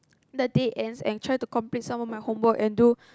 the day ends and try to complete some of my homework and do